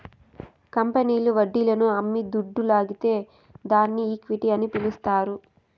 కంపెనీల్లు వడ్డీలను అమ్మి దుడ్డు లాగితే దాన్ని ఈక్విటీ అని పిలస్తారు